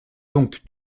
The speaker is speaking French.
donc